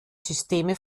systeme